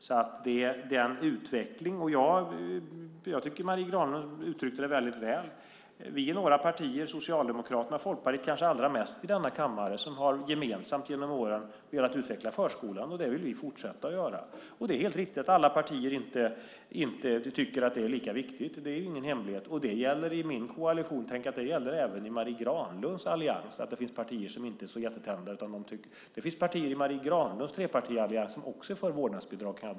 Jag tycker att Marie Granlund uttryckte det väldigt väl. Vi är några partier i denna kammare, kanske mest Folkpartiet och Socialdemokraterna, som gemensamt genom åren velat utveckla förskolan. Det vill vi fortsätta att göra. Det är helt riktigt att alla partier inte tycker att det är lika viktigt. Det är ingen hemlighet. Det gäller i min koalition. Tänk att det även i Marie Granlunds allians finns partier som inte är så jättetända. Jag kan berätta att det finns partier i Marie Granlunds trepartiallians som också är för vårdnadsbidrag.